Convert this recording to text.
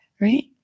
right